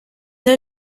der